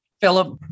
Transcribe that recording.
philip